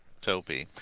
Topi